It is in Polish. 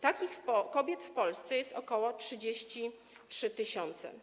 Takich kobiet w Polsce jest ok. 33 tys.